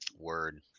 word